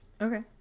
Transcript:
okay